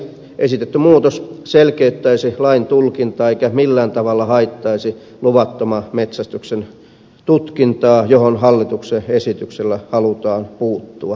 esitetty muutos selkeyttäisi lain tulkintaa eikä millään tavalla haittaisi luvattoman metsästyksen tutkintaa johon hallituksen esityksellä halutaan puuttua